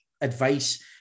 advice